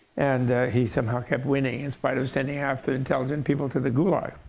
and he somehow kept winning in spite of sending half the intelligent people to the gulag.